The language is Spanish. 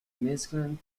mezclan